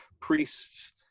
priests